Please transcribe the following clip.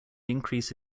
increase